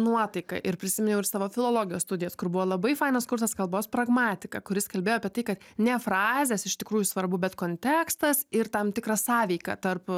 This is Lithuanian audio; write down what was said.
nuotaika ir prisiminiau ir savo filologijos studijas kur buvo labai fainas kursas kalbos pragmatika kuris kalbėjo apie tai kad ne frazės iš tikrųjų svarbu bet kontekstas ir tam tikra sąveika tarp